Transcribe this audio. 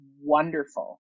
wonderful